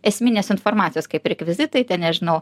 esminės informacijos kaip rekvizitai ten nežinau